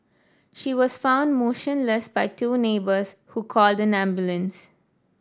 she was found motionless by two neighbours who called an ambulance